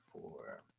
four